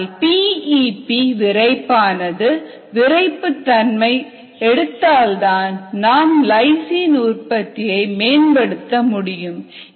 PEP விறைப்பானது விரைப்பு தன்மையை எடுத்தால்தான் நாம் லைசின் உற்பத்தியை மேம்படுத்த முடியும்